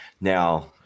Now